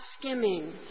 skimming